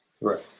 Right